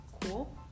cool